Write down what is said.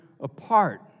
apart